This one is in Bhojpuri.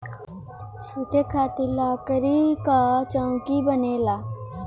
सुते खातिर लकड़ी कअ चउकी बनेला